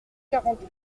quarante